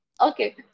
Okay